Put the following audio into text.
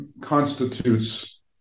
constitutes